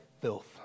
filth